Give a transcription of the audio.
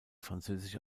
französische